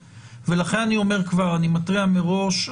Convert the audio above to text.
ולכן אני אומר כבר ואני מתריע מראש,